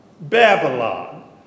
Babylon